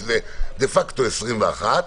שזה דה-פקטו 21,